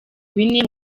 bine